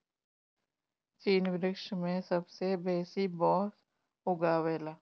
चीन विश्व में सबसे बेसी बांस उगावेला